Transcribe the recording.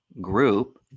group